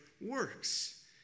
works